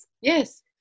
yes